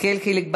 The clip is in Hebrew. יחיאל חיליק בר,